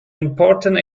important